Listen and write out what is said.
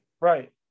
Right